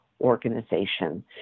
organization